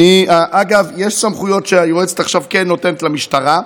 אגב, יש סמכויות שהיועצת עכשיו כן נותנת למשטרה,